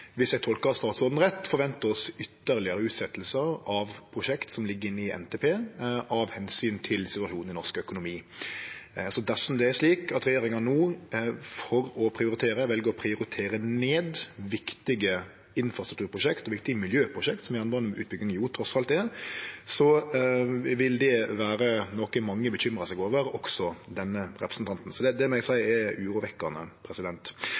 eg tolkar statsråden rett – forvente oss ytterlegare utsettingar av prosjekt som ligg inne i NTP, av omsyn til situasjonen i norsk økonomi. Dersom det er slik at regjeringa no, for å prioritere, vel å prioritere ned viktige infrastrukturprosjekt og viktige miljøprosjekt – som jernbaneutbygging trass i alt er – vil det vere noko mange uroar seg over, også denne representanten. Så det